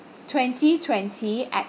twenty twenty at